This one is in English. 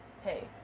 hey